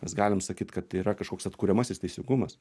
mes galim sakyt kad yra kažkoks atkuriamasis teisingumas